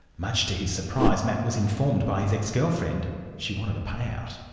much to his surprise matt was informed by his ex-girlfriend she wanted a payout.